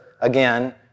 again